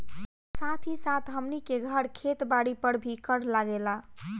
साथ ही साथ हमनी के घर, खेत बारी पर भी कर लागेला